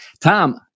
Tom